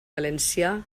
valencià